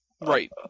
right